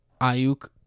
Ayuk